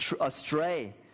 astray